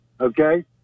Okay